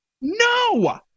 No